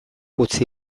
utzi